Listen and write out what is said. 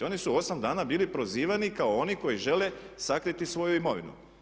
Oni su 8 dana bili prozivani kao oni koji žele sakriti svoju imovinu.